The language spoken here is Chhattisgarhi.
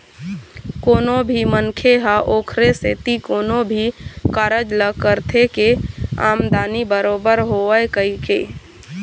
कोनो भी मनखे ह ओखरे सेती कोनो भी कारज ल करथे के आमदानी बरोबर होवय कहिके